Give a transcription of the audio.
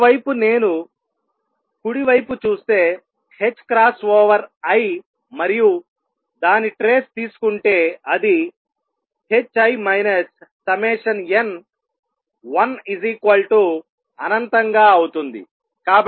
మరోవైపు నేను కుడి వైపు చూస్తే h క్రాస్ ఓవర్ i మరియు దాని ట్రేస్ తీసుకుంటే అది in1 అనంతంగా అవుతుంది